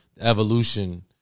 evolution